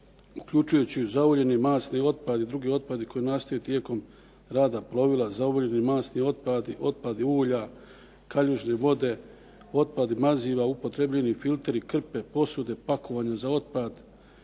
uključujući i zauljeni masni otpad i drugi otpadi koji nastaju tijekom rada plovila … masni otpadi, otpadi ulja, kaljužne vode, otpadi maziva, upotrebljivi filteri, krpe, posude, pakovanja za otpad,